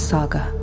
Saga